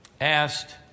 asked